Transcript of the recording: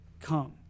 come